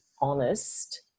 honest